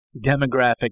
demographic